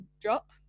drop